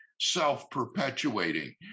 self-perpetuating